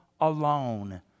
alone